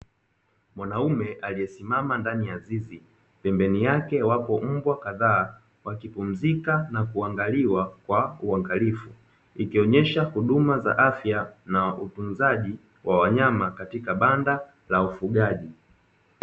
Mwanaume aliyesimama ndani ya zizi, pembeni yake wapo mbwa kadhaa, wakipumzika na kuangaliwa kwa uangalifu, ikionyesha huduma za afya na utunzaji wa wanyama katika banda la ufugaji.